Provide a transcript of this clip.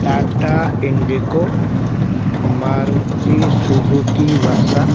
Tata IndiGo Maruti Suzuki ورثہ